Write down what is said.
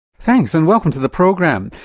thanks and welcome to the program.